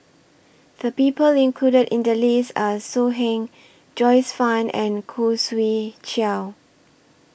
The People included in The list Are So Heng Joyce fan and Khoo Swee Chiow